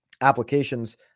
Applications